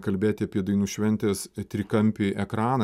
kalbėti apie dainų šventės trikampį ekraną